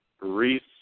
Reese